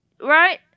Right